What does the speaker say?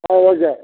ஆ okay